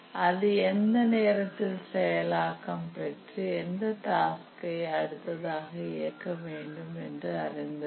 அது எந்த நேரத்தில் செயலாக்கம் பெற்று எந்த டாஸ்கை அடுத்ததாக இயக்க வேண்டும் என்று அறிந்திருக்கும்